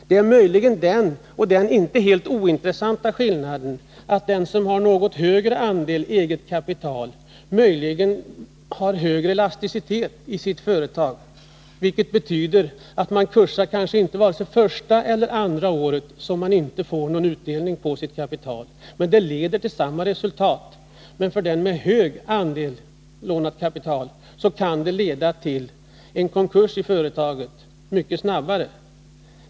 Det är möjligen den inte helt ointressanta skillnaden att den som har en något högre andel eget kapital kan ha större elasticitet i sitt företag, vilket betyder att han kanske inte ”kursar” det vare sig första eller andra året som han inte får någon utdelning på sitt kapital — det leder dock på sikt till samma resultat. För den med hög andel lånat kapital kan det leda till att konkursen i företaget kommer mycket snabbare.